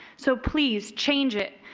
so please change it.